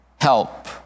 help